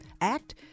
Act